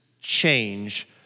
change